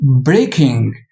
breaking